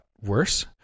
worse